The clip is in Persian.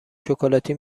شکلاتی